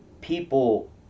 people